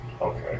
Okay